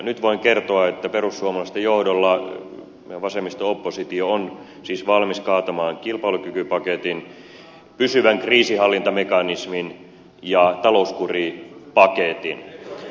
nyt voin kertoa että perussuomalaisten johdolla vasemmisto oppositio on siis valmis kaatamaan kilpailukykypaketin pysyvän kriisinhallintamekanismin ja talouskuripaketin